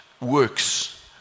works